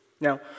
Now